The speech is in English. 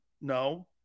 No